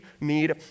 need